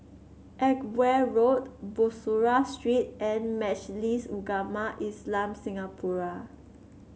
Edgeware Road Bussorah Street and Majlis Ugama Islam Singapura